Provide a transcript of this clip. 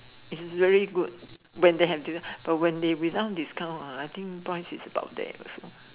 it's very good when they have discount but when they without discount ah I think price is about there also